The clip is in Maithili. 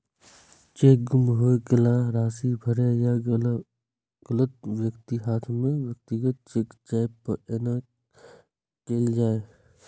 चेक गुम होय, गलत राशि भरै या गलत व्यक्तिक हाथे मे व्यक्तिगत चेक जाय पर एना कैल जाइ छै